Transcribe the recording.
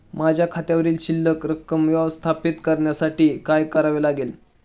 माझ्या खात्यावर शिल्लक रक्कम व्यवस्थापित करण्यासाठी काय करावे लागेल?